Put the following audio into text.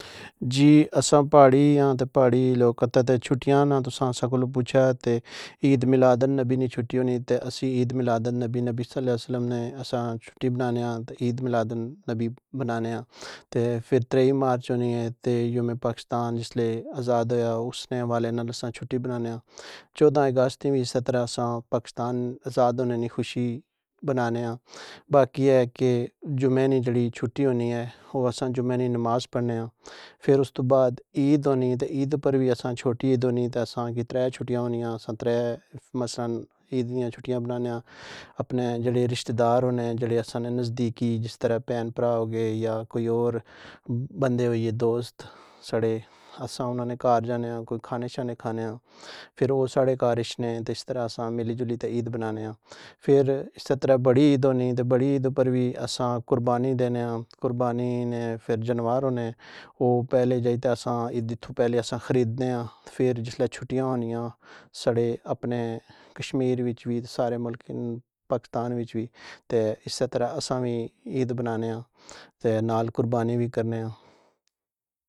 جی اساں پہاڑی آں تہ پہاڑی لوکاں کی تہ چھٹیاں نا تساں اساں کولوں پچھیا تہ عید میلادانبی نی چھٹی ہونی تہ اسی عید ملاد انبی نبی ص نی اساں چھٹی منانے آں تہعید میلادالنبی منانے آں تہ فر تریئ مارچ ہونی اے تہ یومِ پاکستان جسلے آزاد ہویا اُس نے حوالے نال اساں چھٹی منانے آں, ۱۴ اگست نی وی اسی طرح چھٹی بنانے آں, ۱۴ اگست نی وی اسے طرح اساں پاکستان آزاد ہونے نی خوشی بنانے آں, باقی اے کہ جمعہ نی جیڑی چھٹی ہونی اے او اساں جمعہ نی نماز پڑھنے آں, فر اُس توں بعد عید ہونی تہ عید اپر وی اساں چھوٹی عید ہونی تہ اساں کی ۳ چھٹیاں ہونیاں اساں ۳ مثلاً عید نیاں چھٹیاں بنانے آں اپنے جیڑے رشتے دار ہونے جیڑے اساں نے نزدیکی جس طرح پہن پرا ہو گئے یا کوئی اور بندے ہوئی گئے دوست ساڑے اساں اناں نے گھار جانے آں کوئی کھانے شانے کھانے آں فر او ساڈے گھار اشنے تہ اس طرح اساں مِلی جُلی تہ عید بنانے آں, فر اِسے طرح بڑی عید ہونی تہ بڑی عید اُپر وی اساں قربانی دینے آں, قربانی نے فر جانوار ہونے او پہلے جائی تہ اساں عید تو پہلے اساں خریدنے آں فر جسلے چھٹیاں ہونیاں ساڑے اپنے کشمیر وِچ وی تہ سارے ملک پاکستان وِچ وی تہ اِسے طرح اساں وی عید بنانے آں تہ نال قربانی وی کرنے آں۔